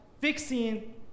fixing